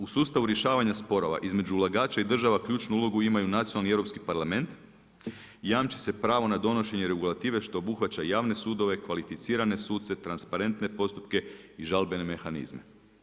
U sustavu rješavanja sporova između ulagača i država ključnu ulogu imaju nacionalni europski parlament, jamči se pravo na donošenje regulativi što obuhvaća javne sudove, kvalificirane suce, transparentne postupke i žalbene mehanizme.